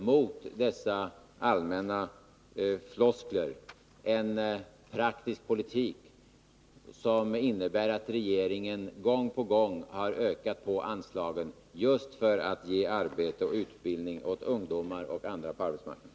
Mot dessa allmänna floskler står en praktisk politik som innebär att regeringen gång på gång har ökat på anslagen, just för att ge arbete och utbildning åt ungdomar och andra på arbetsmarknaden.